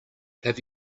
have